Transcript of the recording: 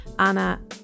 Anna